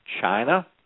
China